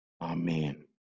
Amen